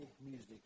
music